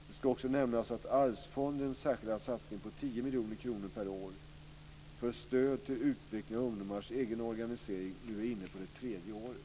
Det ska också nämnas att Arvsfondens särskilda satsning på 10 miljoner kronor per år för stöd till utveckling av ungdomars egen organisering nu är inne på det tredje året.